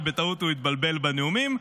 ובטעות הוא התבלבל בנאומים.